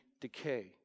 decay